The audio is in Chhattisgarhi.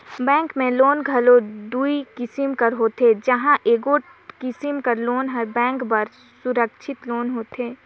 बेंक में लोन घलो दुई किसिम कर होथे जेम्हां एगोट किसिम कर लोन हर बेंक बर सुरक्छित लोन होथे